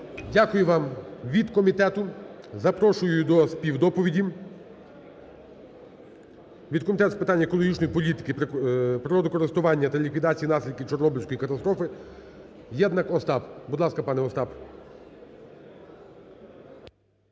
Дякую вам. Від комітету запрошую до співдоповіді, від Комітету з питань екологічної політики, природокористування та ліквідації наслідків Чорнобильської катастрофи, Єднак Остап. Будь ласка, пане Остап.